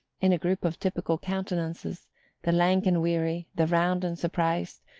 in a group of typical countenances the lank and weary, the round and surprised,